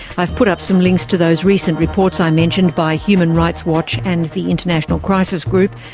i've put up some links to those recent reports i mentioned by human rights watch and the international crisis group.